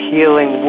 Healing